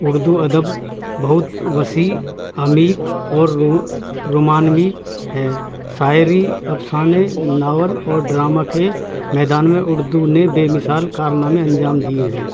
اردو ادب بہت وسیع عمیق اور رومانوی ہے شاعری افسانے ناول اور ڈراما کے میدان میں اردو نے بے مثال کارنامے انجام دیے ہیں